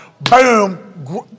Boom